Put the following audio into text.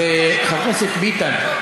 חבר הכנסת ביטן,